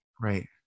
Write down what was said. Right